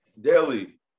daily